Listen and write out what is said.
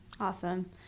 Awesome